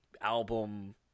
album